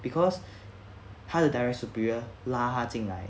because 他的 direct superior 拉他进来